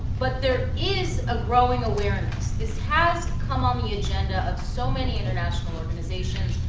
but there is a growing awareness, this has to come on the agenda of so many international organizations.